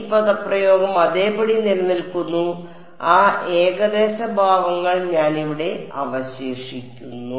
ഈ പദപ്രയോഗം അതേപടി നിലനിൽക്കുന്നു ആ ഏകദേശ ഭാവങ്ങൾ ഞാൻ ഇവിടെ അവശേഷിക്കുന്നു